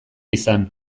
izan